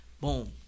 Boom